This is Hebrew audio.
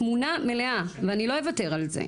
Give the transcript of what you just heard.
תמונה מלאה ואני לא אוותר על זה.